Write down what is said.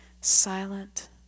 Silent